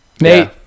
Nate